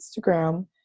Instagram